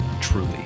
truly